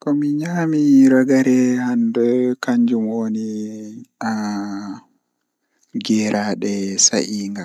Ngoo mi ñaamii ngoo ko haako e ndiyam. Ko haako ɗuum no dartii sembe,